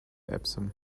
epsom